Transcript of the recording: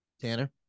Tanner